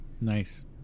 nice